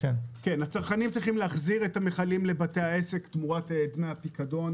הצרכנים צריכים להחזיר את המכלים לבתי העסק תמורת דמי הפיקדון